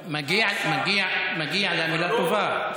מגיעה לה מילה טובה.